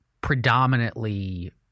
predominantly